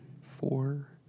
four